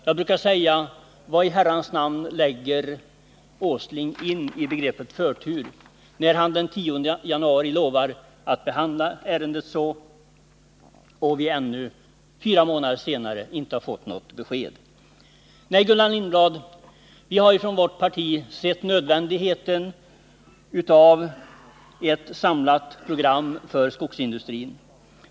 Jag brukar säga: Vad i Herrans namn lägger Nils Asling in i begreppet förtur när han den 10 januari lovar att behandla ärendet på det viset och vi ännu, fyra månader senare, inte fått något besked? Nej, Gullan Lindblad, vi har i vårt parti sett nödvändigheten av ett samlat program för skogsindustrin.